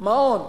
מעון,